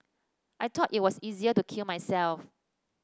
I thought it was easier to kill myself